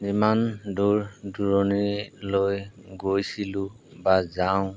যিমান দূৰ দূৰণি লৈ গৈছিলোঁ বা যাওঁ